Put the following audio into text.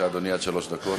עד שלוש דקות.